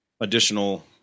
additional